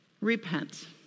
Repent